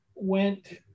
Went